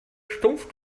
stumpf